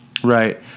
Right